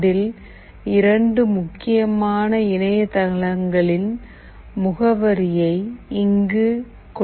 அதில் 2 முக்கியமான இணையதளங்களின் முகவரியை இங்கு கொடுத்திருக்கிறேன்